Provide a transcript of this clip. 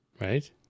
right